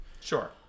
Sure